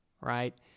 right